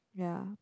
ya